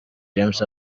james